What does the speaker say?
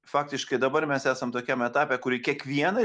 faktiškai dabar mes esam tokiam etape kur į kiekvieną